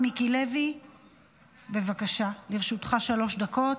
מיקי לוי, בבקשה, לרשותך שלוש דקות.